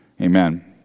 Amen